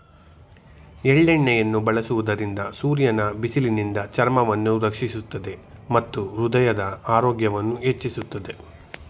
ಎಳ್ಳೆಣ್ಣೆಯನ್ನು ಬಳಸುವುದರಿಂದ ಸೂರ್ಯನ ಬಿಸಿಲಿನಿಂದ ಚರ್ಮವನ್ನು ರಕ್ಷಿಸುತ್ತದೆ ಮತ್ತು ಹೃದಯದ ಆರೋಗ್ಯವನ್ನು ಹೆಚ್ಚಿಸುತ್ತದೆ